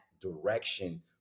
direction